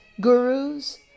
gurus